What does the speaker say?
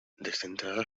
descentrada